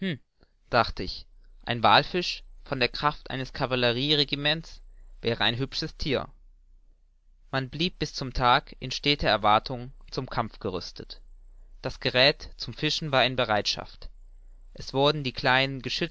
dacht ich ein wallfisch von der kraft eines cavallerieregiments wäre ein hübsches thier man blieb bis zum tag in steter erwartung zum kampf gerüstet das geräth zum fischen war in bereitschaft es wurden die kleinen